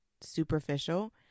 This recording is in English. superficial